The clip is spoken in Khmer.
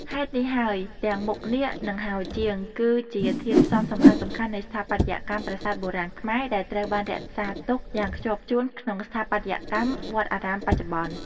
ហេតុនេះហើយ ទាំងមុខនាគ និងហោជាង គឺជាធាតុផ្សំសំខាន់ៗនៃស្ថាបត្យកម្មប្រាសាទបុរាណខ្មែរ ដែលត្រូវបានរក្សាទុកយ៉ាងខ្ជាប់ខ្ជួនក្នុងស្ថាបត្យកម្មវត្តអារាមបច្ចុប្បន្ន។